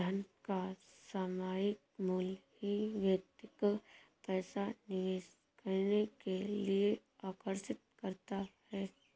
धन का सामायिक मूल्य ही व्यक्ति को पैसा निवेश करने के लिए आर्कषित करता है